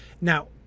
Now